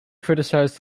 criticised